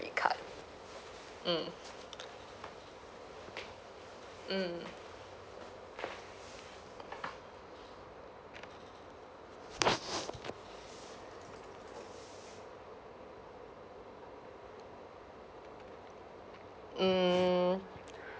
card mm mm mm